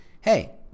hey